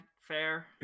fair